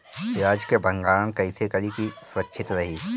प्याज के भंडारण कइसे करी की सुरक्षित रही?